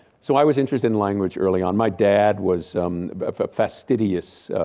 so i was interested in language early on. my dad was a fastidious